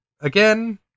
again